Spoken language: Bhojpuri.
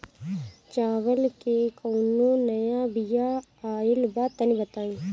चावल के कउनो नया बिया आइल बा तनि बताइ?